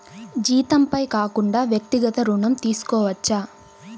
జీతంపై కాకుండా వ్యక్తిగత ఋణం తీసుకోవచ్చా?